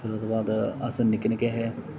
फिर ओह्दे बाद अस निक्के निक्के हे